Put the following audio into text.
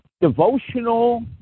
devotional